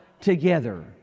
together